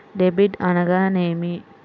Debit అనగానేమి?